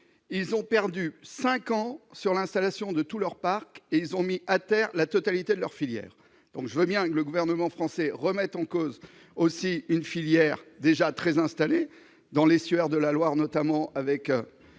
ils ont perdu 5 ans sur l'installation de tous leurs parcs et ils ont mis à terre la totalité de leur filière, donc je veux bien que le gouvernement français remettent en cause aussi une filière déjà très installée dans l'estuaire de la Loire, notamment avec